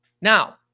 Now